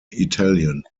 italian